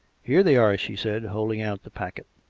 here they are, she said, holding out the packet.